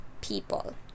people